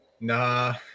nah